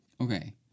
Okay